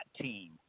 team